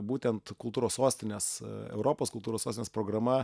būtent kultūros sostinės europos kultūros sostinės programa